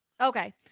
Okay